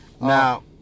Now